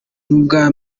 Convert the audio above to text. n’ubwa